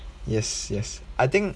yes yes I think